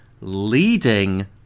leading